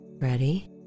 Ready